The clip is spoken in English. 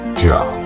job